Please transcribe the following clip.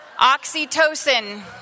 Oxytocin